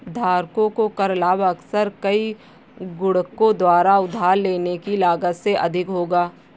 धारकों को कर लाभ अक्सर कई गुणकों द्वारा उधार लेने की लागत से अधिक होगा